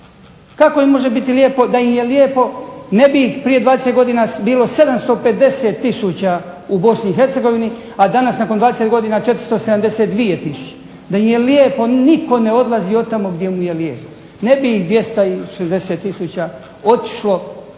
Kako im može biti lijepo, da im je lijepo ne bi ih prije 20 godina bilo 750 tisuća u Bosni i Hercegovini, a danas nakon 20 472 tisuće. Da im je lijepo nitko ne odlazi od tamo gdje mu je lijepo. Ne bi ih 260 tisuća otišlo